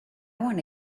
want